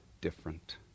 different